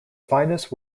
finest